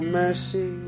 mercy